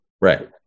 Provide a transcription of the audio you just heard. Right